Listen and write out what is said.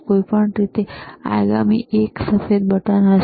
કોઈપણ રીતે આગામી એક આગામી સફેદ બટન હશે